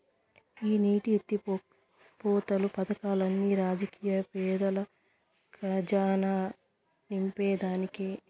ఈ నీటి ఎత్తిపోతలు పదకాల్లన్ని రాజకీయ పెద్దల కజానా నింపేదానికే